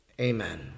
Amen